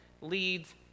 leads